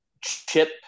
Chip